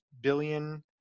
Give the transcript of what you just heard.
billion